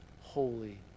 holy